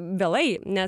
vėlai nes